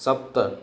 सप्त